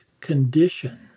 condition